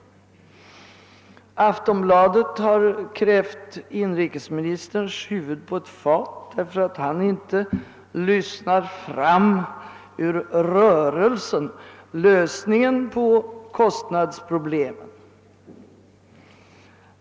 Aftonbladet har krävt inrikesministerns huvud på ett fat emedan han inte »lyssnar fram« ur rörelsen lösningen på kostnadsproblemen.